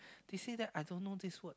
they say that I don't know this word